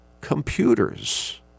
computers